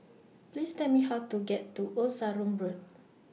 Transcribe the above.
Please Tell Me How to get to Old Sarum Road